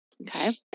Okay